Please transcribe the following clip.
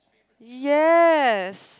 yes